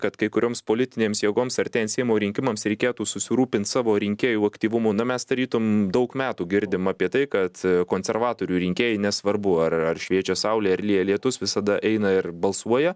kad kai kurioms politinėms jėgoms artėjant seimo rinkimams reikėtų susirūpint savo rinkėjų aktyvumu na mes tarytum daug metų girdim apie tai kad konservatorių rinkėjai nesvarbu ar ar šviečia saulė ar lyja lietus visada eina ir balsuoja